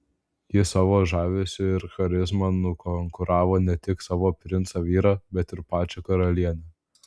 ji savo žavesiu ir charizma nukonkuravo ne tik savo princą vyrą bet ir pačią karalienę